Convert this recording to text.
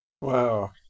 Wow